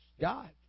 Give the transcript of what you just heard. God